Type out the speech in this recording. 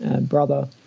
brother